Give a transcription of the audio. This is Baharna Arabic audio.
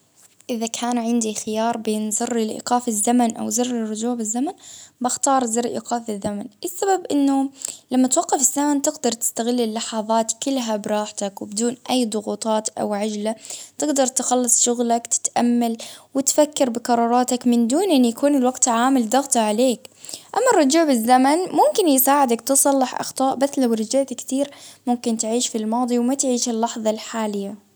إذا كان عندي خيار بين زر لإيقاف الزمن أو زر الرجوع بالزمن ،بختار زر إيقاف الزمن، السبب إنه لما توقف الزمن تقدر تستغل اللحظات كلها براحتك، وبدون أي ضغوطات أو عجلة تقدر تخلص شغلك تتأمل، وتفكر بقراراتك من دون أن يكون الوقت عامل ضغط عليك، أما الرجوع بالزمن ممكن يساعدك تصلح أخطاء، بس لو رجعت كتير ممكن تعيش في الماضي، وما تعيش في اللحظة الحالية.